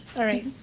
all right.